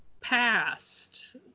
past